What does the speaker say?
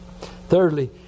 Thirdly